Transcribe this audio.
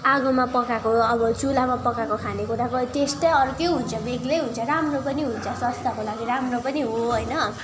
आगोमा पकाएको अब चुल्हामा पकाएको खानेकुराको टेस्टै अर्कै हुन्छ बेग्लै हुन्छ राम्रो पनि हुन्छ स्वास्थ्यको लागि राम्रो पनि हो होइन